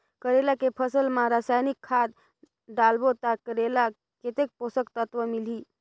करेला के फसल मा रसायनिक खाद डालबो ता करेला कतेक पोषक तत्व मिलही?